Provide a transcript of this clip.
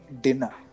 dinner